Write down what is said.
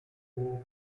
for